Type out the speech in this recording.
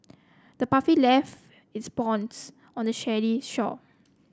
the puppy left its bones on the shore